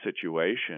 situation